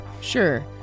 Sure